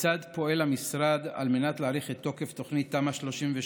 וכיצד פועל המשרד על מנת להאריך את תוקף תוכנית תמ"א 38,